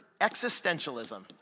existentialism